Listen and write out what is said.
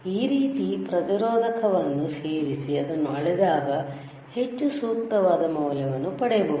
ಆದ್ದರಿಂದ ಈ ರೀತಿ ಪ್ರತಿರೋಧಕವನ್ನು ಸೇರಿಸಿ ಅದನ್ನು ಅಳೆದಾಗ ಹೆಚ್ಚು ಸೂಕ್ತವಾದ ಮೌಲ್ಯವನ್ನು ಪಡೆಯಬಹುದು